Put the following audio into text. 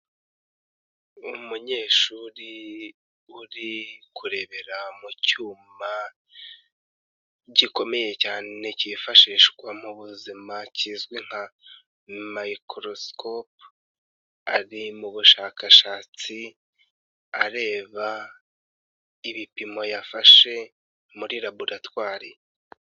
Umunyeshuri uri kurebera mu cyuma gikomeye cyane cyifashishwa mu buzima kizwi nka mikorosikope, ari mu bushakashatsi areba ibipimo yafashe muri Laboratwari.